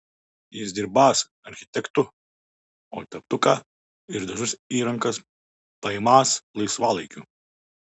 jis dirbąs architektu o teptuką ir dažus į rankas paimąs laisvalaikiu